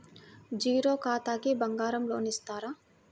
Zero ఖాతాకి బంగారం loan ఇస్తారా?